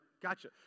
Gotcha